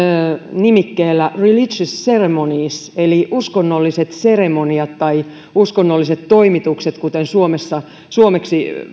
nimikkeellä religious ceremonies eli uskonnolliset seremoniat tai uskonnolliset toimitukset kuten suomeksi